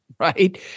right